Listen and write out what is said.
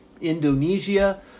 Indonesia